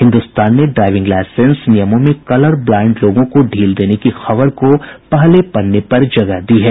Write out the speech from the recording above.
हिन्दुस्तान ने driving licence नियमों में कलर ब्लाईंड लोगों को ढील देने की खबर को पहले पन्ने पर जगह दी है